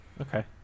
Okay